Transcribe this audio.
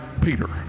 Peter